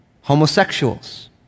homosexuals